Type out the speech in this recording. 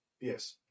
Yes